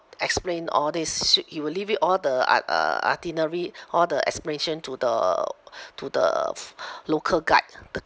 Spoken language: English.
explain all these he will leave it all the i~ uh itinerary all the explanation to the to the f~ local guide the